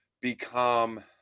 become